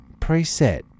Preset